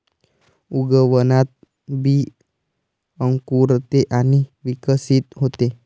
उगवणात बी अंकुरते आणि विकसित होते